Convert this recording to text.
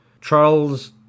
Charles